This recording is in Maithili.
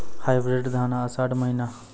हाइब्रिड धान आषाढ़ महीना?